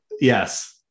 yes